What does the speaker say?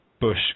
Bush